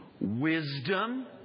wisdom